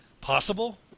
possible